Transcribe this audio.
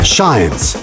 Science